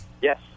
Yes